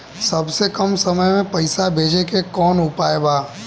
सबसे कम समय मे पैसा भेजे के कौन उपाय बा?